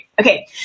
Okay